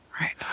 Right